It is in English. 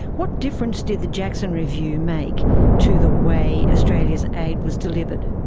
what difference did the jackson review make to the way australia's aid was delivered?